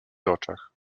oczach